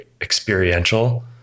experiential